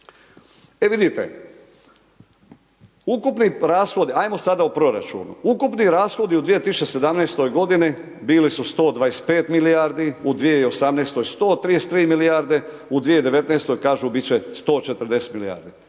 E vidite, ukupni rashod, ajmo sada o proračunu, ukupni rashodi u 2017. g. bili su 125 milijardi, u 2018. 133 milijardi, u 2019. kažu biti će 140 milijarde.